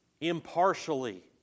impartially